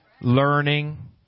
Learning